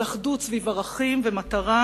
על אחדות סביב ערכים ומטרה.